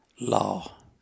law